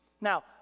Now